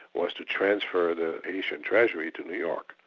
was to transfer the haitian treasury to new york.